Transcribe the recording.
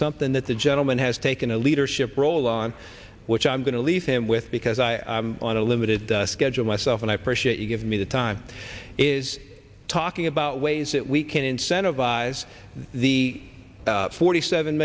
something that the gentleman has taken a leadership role on which i'm going to leave him with because i'm on a limited schedule myself and i appreciate you giving me the time is talking about ways that we can incentivize the forty seven